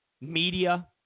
media